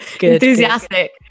Enthusiastic